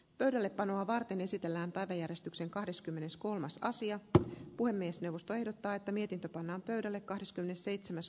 pöydällepanoa varten esitellään päiväjärjestyksen kahdeskymmeneskolmas asia puhemiesneuvosto ehdottaa että mietintö pannaan pöydälle kahdeskymmenesseitsemäs